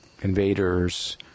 invaders